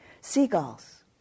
seagulls